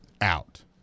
out